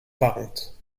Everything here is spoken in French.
parentes